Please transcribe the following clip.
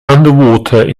underwater